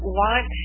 want